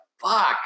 fuck